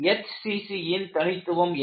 SCC ன் தனித்துவம் என்ன